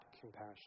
compassion